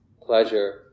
pleasure